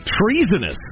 treasonous